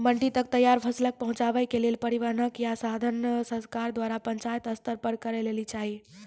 मंडी तक तैयार फसलक पहुँचावे के लेल परिवहनक या साधन सरकार द्वारा पंचायत स्तर पर करै लेली चाही?